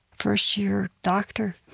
first-year doctor.